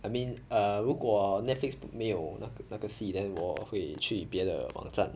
I mean err 如果 netflix 没有没有那个戏 then 我会去别的网站